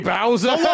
Bowser